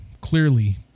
clearly